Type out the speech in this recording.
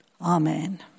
Amen